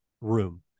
room